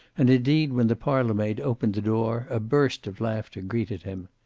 and indeed when the parlor-maid opened the door a burst of laughter greeted him.